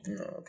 okay